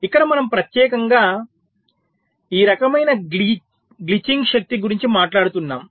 ఇక్కడ మనము ప్రత్యేకంగా ఈ రకమైన గ్లిచింగ్ శక్తి గురించి మాట్లాడుతున్నాము